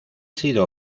sido